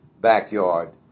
backyard